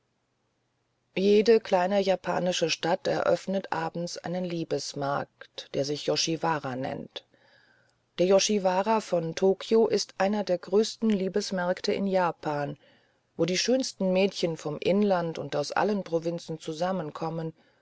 jede kleine japanische stadt eröffnet abends einen liebesmarkt der sich yoshiwara nennt der yoshiwara in tokio ist einer der größten liebesmärkte in japan wo die schönsten mädchen vom inland und aus allen provinzen zusammenkommen